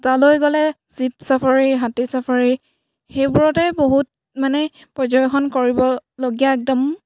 তালৈ গ'লে jeep safari হাতী চাফাৰী সেইবোৰতে বহুত মানে পৰ্যবেক্ষণ কৰিবলগীয়া একদম